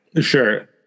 Sure